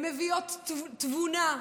הן מביאות תבונה,